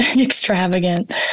extravagant